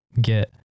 get